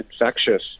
infectious